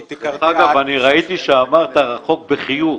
אגב, אני ראיתי שאמרת "רחוק" בחיוך.